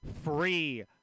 free